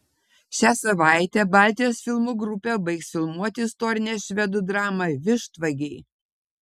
šią savaitę baltijos filmų grupė baigs filmuoti istorinę švedų dramą vištvagiai